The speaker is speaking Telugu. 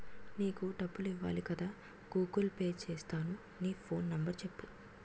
నీకు డబ్బులు ఇవ్వాలి కదా గూగుల్ పే సేత్తాను నీ ఫోన్ నెంబర్ సెప్పు